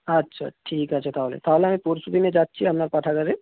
আচ্ছা ঠিক আছে তাহলে তাহলে আমি পরশুদিনে যাচ্ছি আপনার পাঠাগারে